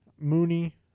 Mooney